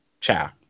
ciao